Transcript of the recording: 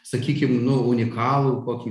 sakykim nu unikalų kokį